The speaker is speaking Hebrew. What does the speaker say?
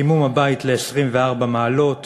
חימום הבית ל-24 מעלות,